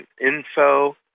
Info